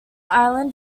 island